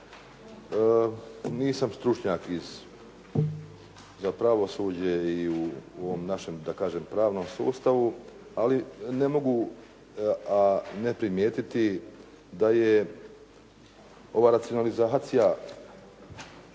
Nisam stručnjak za pravosuđe i u ovom našem, da kažem pravnom sustavu, ali ne mogu a ne primijetiti da je ova racionalizacija